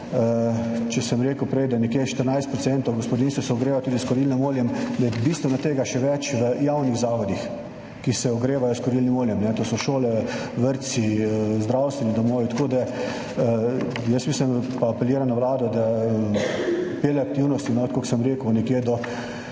če sem prej rekel, da se nekje 14 % gospodinjstev ogreva tudi s kurilnim oljem, je tega še bistveno več v javnih zavodih, ki se ogrevajo s kurilnim oljem, to so šole, vrtci, zdravstveni domovi. Tako da jaz mislim in apeliram na Vlado, da pelje aktivnosti, tako kot sem rekel, nekje do